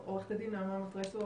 נמצאת איתנו עורכת הדין נעמה מטרסו,